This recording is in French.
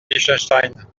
liechtenstein